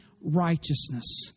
righteousness